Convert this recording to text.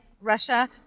Russia